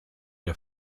der